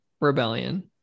rebellion